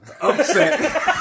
upset